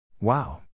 Wow